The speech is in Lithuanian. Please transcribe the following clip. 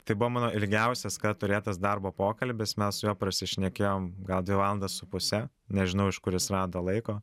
tai buvo mano ilgiausias turėtas darbo pokalbis mes su juo prasišnekėjom gal dvi valandas su puse nežinau iš kur jis rado laiko